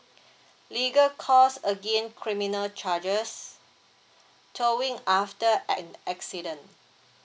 legal cost against criminal charges towing after an accident